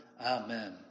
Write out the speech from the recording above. Amen